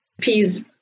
peas